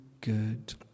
good